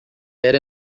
era